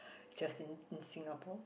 just in in Singapore